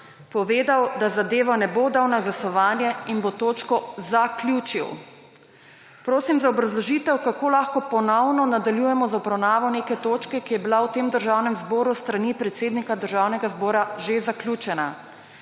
povedal, da zadevo ne bo dal na glasovanje in bo točko zaključil. Prosim za obrazložitev kako lahko ponovno nadaljujemo z obravnavo neke točke, ki je bila v tem Državnem zboru s strani predsednika Državnega zbora že zaključena.